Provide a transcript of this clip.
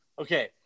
okay